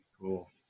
cool